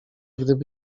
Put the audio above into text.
gdyby